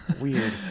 Weird